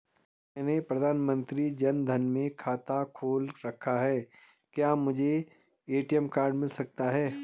मैंने प्रधानमंत्री जन धन में खाता खोल रखा है क्या मुझे ए.टी.एम कार्ड मिल सकता है?